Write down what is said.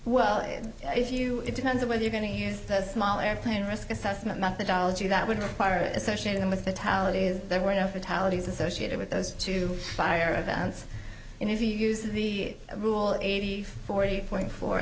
well if you it depends on whether you're going to use that small airplane risk assessment methodology that would require associated with the talent is there were no fatalities associated with those two fire events and if you use the rule is eighty forty point fo